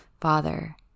father